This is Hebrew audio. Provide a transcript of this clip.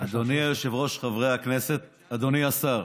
אדוני היושב-ראש, חברי הכנסת, אדוני השר,